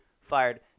Fired